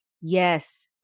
Yes